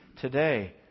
today